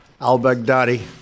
al-Baghdadi